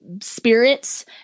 spirits